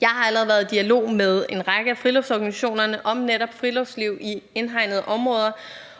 Jeg har allerede været i dialog med en række af friluftsorganisationerne om netop friluftsliv i indhegnede områder,